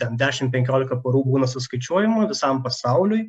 ten dešim penkiolika parų būna suskaičiuojama visam pasauliui